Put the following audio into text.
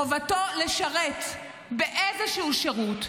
חובתו לשרת באיזשהו שירות,